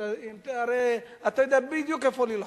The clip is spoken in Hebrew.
הרי אתה יודע בדיוק איפה ללחוץ.